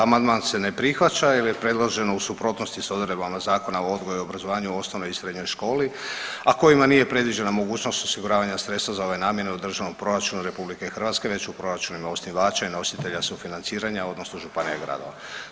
Amandman se ne prihvaća jel je predložen u suprotnosti s odredbama Zakona o odgoju i obrazovanju u osnovnoj i srednjoj školi, a kojima nije predviđena mogućnost osiguravanja sredstva za ove namjene u Državnom proračunu RH već u proračunima osnivača i nositelja sufinanciranja odnosno županija i gradova.